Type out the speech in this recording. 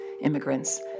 immigrants